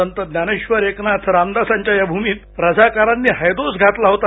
संत ज्ञानेश्वर एकनाथ रामदासांच्या या भूमीत रझाकारांनी हैदोस घातला होता